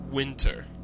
Winter